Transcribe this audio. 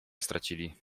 stracili